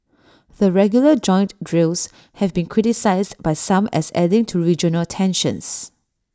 the regular joint drills have been criticised by some as adding to regional tensions